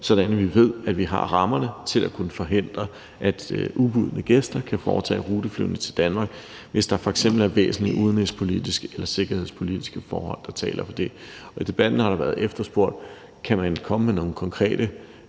sådan at vi ved, at vi har rammerne til at kunne forhindre, at ubudne gæster kan foretage ruteflyvning til Danmark, hvis der f.eks. er væsentlige udenrigspolitiske eller sikkerhedspolitiske forhold, der taler for det. Og i debatten har det været efterspurgt, om man kan komme med nogle konkrete